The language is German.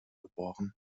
geboren